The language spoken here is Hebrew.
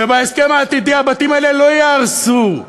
ובהסכם העתידי הבתים האלה לא ייהרסו,